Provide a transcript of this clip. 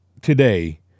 today